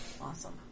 Awesome